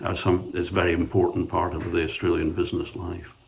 and so it's very important part of the australian business life.